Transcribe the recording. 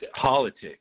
Politics